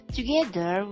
Together